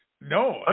no